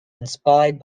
inspired